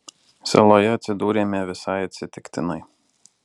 saloje atsidūrėme visai atsitiktinai